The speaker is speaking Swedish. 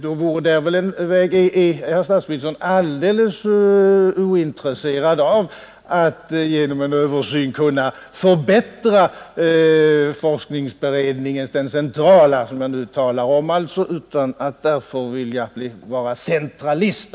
— Om inte herr statsministern är alldeles ointresserad av att göra en Översyn vore detta en väg att förbättra den centrala forskningsberedningen — det är den jag talar om utan att därför vilja vara centralist.